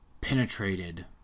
penetrated